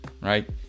right